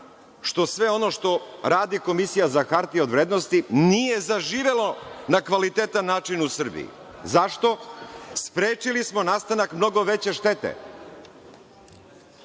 što sve ono što radi Komisija za hartije od vrednosti nije zaživelo na kvalitetan način u Srbiji. Zašto? Sprečili smo nastanak mnogo veće štete.